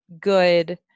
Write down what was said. good